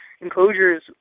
enclosures